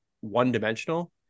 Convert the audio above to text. one-dimensional